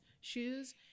Shoes